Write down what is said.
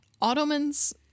ottoman's